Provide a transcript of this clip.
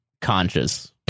conscious